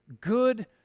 good